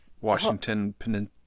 Washington